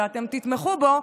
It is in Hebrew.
ואתם תתמכו בו,